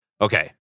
Okay